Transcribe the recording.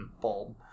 bulb